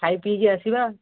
ଖାଇ ପିଇକି ଆସିବା